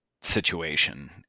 situation